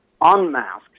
unmasked